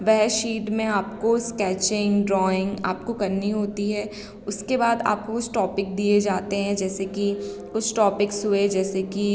वह शीट में आपको स्केचिंग ड्राॅइंग आपको करनी होती है उसके बाद आपको कुछ टॉपिक दिए जाते हैं जैसे कि कुछ टॉपिक्स हुए जैसे कि